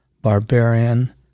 barbarian